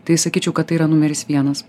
tai sakyčiau kad tai yra numeris vienas